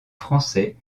français